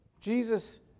Jesus